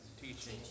teaching